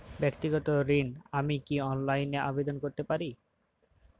ব্যাক্তিগত ঋণ আমি কি অনলাইন এ আবেদন করতে পারি?